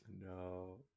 no